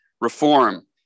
reform